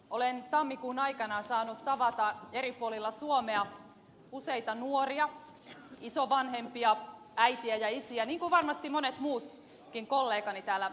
olen tammikuun aikana saanut tavata eri puolilla suomea useita nuoria isovanhempia äitejä ja isiä niin kuin varmasti monet muutkin kollegani täällä eduskunnassa